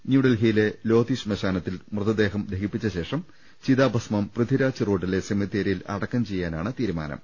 ന്യൂഡൽഹിയിലെ ലോധി ശ്മശാനത്തിൽ മൃതദേഹം ദഹിപ്പിച്ചശേഷം ചിതാഭസ്മം പൃഥീരാജ് റോഡിലെ സെമിത്തേരിയിൽ അടക്കം ചെയ്യാനാണ് തീരുമാനം